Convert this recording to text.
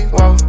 Whoa